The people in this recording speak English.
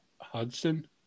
Hudson